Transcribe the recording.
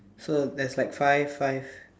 so there's like five five